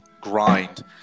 grind